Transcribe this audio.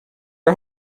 are